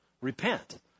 Repent